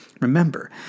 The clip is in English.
Remember